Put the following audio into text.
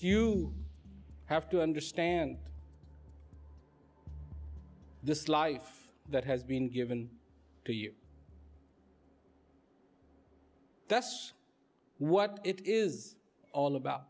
you you have to understand this life that has been given to you that's what it is all about